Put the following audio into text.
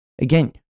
again